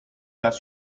las